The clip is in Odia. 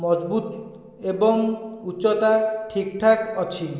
ମଜବୁତ ଏବଂ ଉଚ୍ଚତା ଠିକ୍ ଠାକ୍ ଅଛି